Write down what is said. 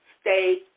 stay